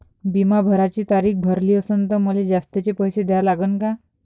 बिमा भराची तारीख भरली असनं त मले जास्तचे पैसे द्या लागन का?